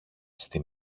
στη